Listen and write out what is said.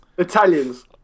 Italians